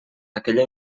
aquella